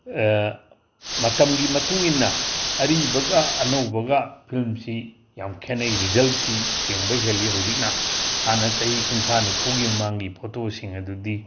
ꯃꯇꯝꯒꯤ ꯃꯇꯨꯡ ꯏꯟꯅ ꯑꯔꯤꯕꯒ ꯑꯅꯧꯕꯒ ꯐꯤꯂꯝꯁꯤ ꯌꯥꯝ ꯈꯦꯠꯅꯩ ꯔꯤꯖꯜꯁꯤ ꯁꯦꯡꯕ ꯍꯦꯜꯂꯤ ꯍꯧꯖꯤꯛꯅ ꯍꯥꯟꯅ ꯆꯍꯤ ꯀꯨꯟꯊ꯭ꯔꯥ ꯅꯤꯐꯨꯒꯤ ꯃꯃꯥꯡꯒꯤ ꯐꯣꯇꯣꯁꯤꯡ ꯑꯗꯨꯗꯤ